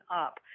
up